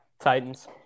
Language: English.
Titans